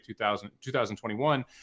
2021